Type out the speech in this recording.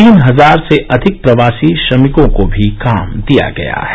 तीन हजार से अधिक प्रवासी श्रमिकों को भी काम दिया गया है